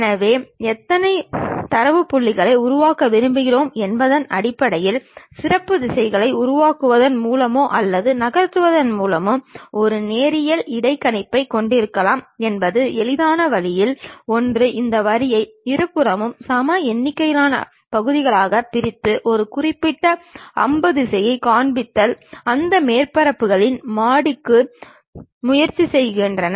எனவே எத்தனை தரவு புள்ளிகளை உருவாக்க விரும்புகிறோம் என்பதன் அடிப்படையில் சிறப்பு திசைகளை உருவாக்குவதன் மூலமோ அல்லது நகர்த்துவதன் மூலமோ ஒரு நேரியல் இடைக்கணிப்பைக் கொண்டிருக்கலாம் என்பது எளிதான வழிகளில் ஒன்று இந்த வரியை இருபுறமும் சம எண்ணிக்கையிலான பகுதிகளாகப் பிரித்து ஒரு குறிப்பிட்ட அம்பு திசையைக் காண்பித்தல் அந்த மேற்பரப்புகளில் மாடிக்கு முயற்சி செய்யுங்கள்